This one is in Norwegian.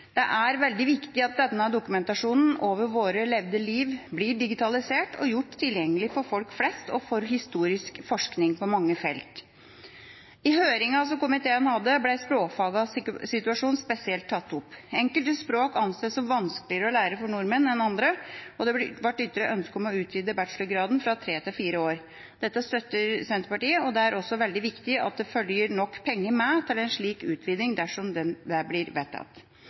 Det er veldig viktig at denne dokumentasjonen av våre levde liv blir digitalisert og gjort tilgjengelig for folk flest og for historisk forskning på mange felt. I høringen som komiteen hadde, ble språkfagenes situasjon spesielt tatt opp. Enkelte språk anses som vanskeligere enn andre å lære for nordmenn, og det har vært ytret ønske om å utvide bachelorgraden fra tre til fire år. Dette støtter Senterpartiet. Det er også veldig viktig at det følger nok penger med til en slik utviding dersom det blir vedtatt.